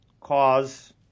cause